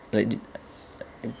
like